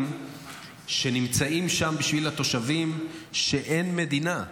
שנמצאים שם בשביל התושבים כשאין מדינה.